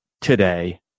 today